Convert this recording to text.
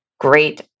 great